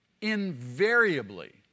Invariably